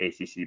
ACC